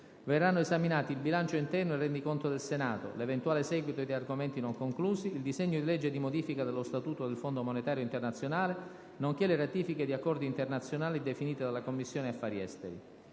Verranno esaminati il bilancio interno e il rendiconto del Senato, l'eventuale seguito di argomenti non conclusi, il disegno di legge di modifica dello Statuto del Fondo monetario internazionale, nonché le ratifiche di accordi internazionali definite dalla Commissione affari esteri.